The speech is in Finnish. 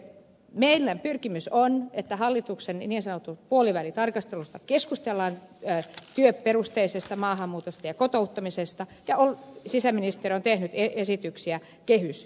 meidän pyrkimyksemme on että hallituksen niin sanotussa puolivälitarkastelussa keskustellaan työperusteisesta maahanmuutosta ja kotouttamisesta ja sisäministeriö on tehnyt esityksiä kehysehdotukseen